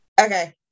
Okay